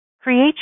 create